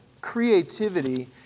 creativity